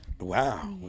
Wow